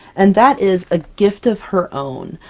and that is a gift of her own.